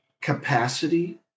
Capacity